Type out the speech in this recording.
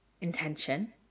intention